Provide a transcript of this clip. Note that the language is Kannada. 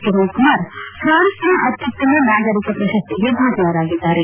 ಕಿರಣ್ಕುಮಾರ್ ಪ್ರಾನ್ಸ್ನ ಅತ್ಯುನ್ನತ ನಾಗರಿಕ ಪ್ರಶಸ್ತಿಗೆ ಭಾಜನರಾಗಿದ್ದಾರೆ